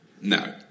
No